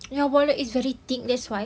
your wallet is very thick that's why